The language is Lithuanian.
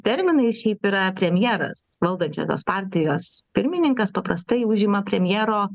terminais šiaip yra premjeras valdančiosios partijos pirmininkas paprastai užima premjero